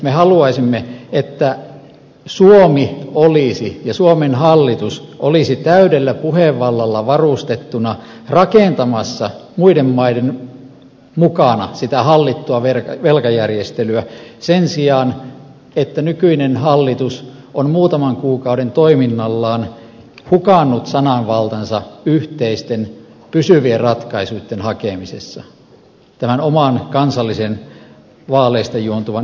me haluaisimme että suomi ja suomen hallitus olisi täydellä puhevallalla varustettuna rakentamassa muiden maiden mukana sitä hallittua velkajärjestelyä sen sijaan että nykyinen hallitus on muutaman kuukauden toiminnallaan hukannut sananvaltansa yhteisten pysyvien ratkaisuitten hakemisessa tämän oman kansallisen vaaleista juontuvan erityiskysymyksen sitkeällä ajamisella ja jumputtamisella